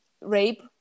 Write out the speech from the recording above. Rape